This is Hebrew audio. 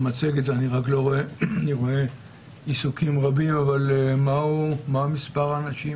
מה מספר האנשים